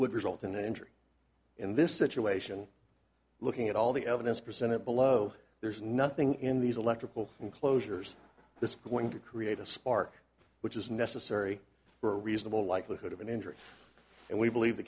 would result in an injury in this situation looking at all the evidence presented below there's nothing in these electrical enclosures that's going to create a spark which is necessary for a reasonable likelihood of an injury and we believe the